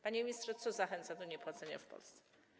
Panie ministrze, co zachęca do niepłacenia w Polsce?